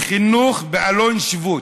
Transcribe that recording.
באלון שבות.